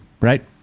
right